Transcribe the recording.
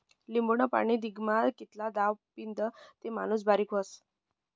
लिंबूनं पाणी दिनमा कितला दाव पीदं ते माणूस बारीक व्हस?